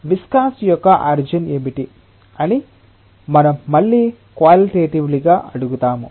viscosity యొక్క origin ఏమిటి అని మనం మళ్ళీ క్వాలిటెటివ్లి గా అడుగుతాము